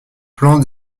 plan